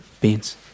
beans